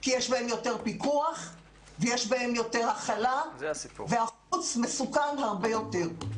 כי יש בהם יותר פיקוח ויש בהם יותר הכלה והחוץ מסוכן הרבה יותר.